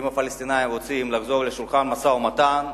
אם הפלסטינים רוצים לחזור לשולחן המשא-ומתן,